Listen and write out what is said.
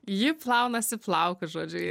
ji plaunasi plaukus žodžiu